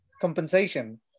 compensation